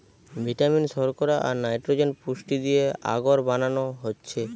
vitamin, শর্করা, আর nitrogen পুষ্টি দিয়ে আগর বানানো হচ্ছে